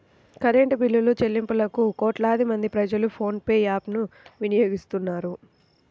current బిల్లులుచెల్లింపులకు కోట్లాది మంది ప్రజలు ఫోన్ పే యాప్ ను వినియోగిస్తున్నారు